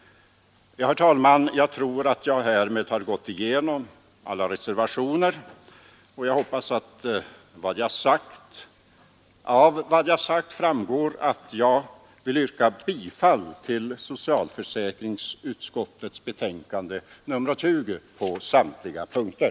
Ja, fru talman, jag tror att jag härmed har gått igenom alla reservationer, och jag hoppas att det av vad jag sagt framgår att jag vill yrka bifall till utskottets hemställan i socialförsäkringsutskottets betänkande nr 20 på samtliga punkter.